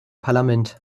parlament